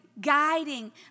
guiding